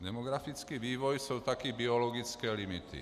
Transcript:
Demografický vývoj jsou taky biologické limity.